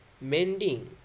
mending